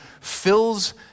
fills